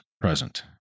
present